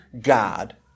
God